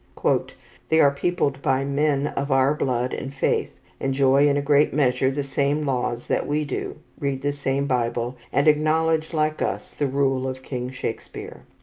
they are peopled by men of our blood and faith, enjoy in a great measure the same laws that we do, read the same bible, and acknowledge, like us, the rule of king shakespeare.